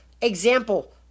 example